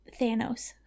Thanos